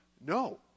No